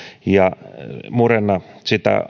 ja murenna sitä